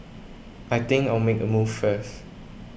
I think I'll make a move first